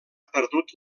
perdut